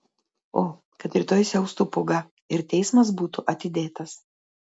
o kad rytoj siaustų pūga ir teismas būtų atidėtas